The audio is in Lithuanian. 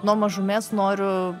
nuo mažumės noriu